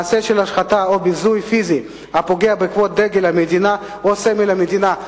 מעשה של השחתה או ביזוי פיזי הפוגע בכבוד דגל המדינה או סמל המדינה.